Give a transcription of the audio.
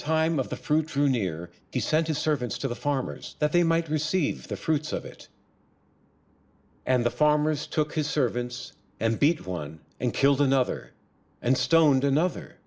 time of the fruit tree near he sent his servants to the farmer's that they might receive the fruits of it and the farmers took his servants and beat one and killed another and stoned another